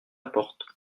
porte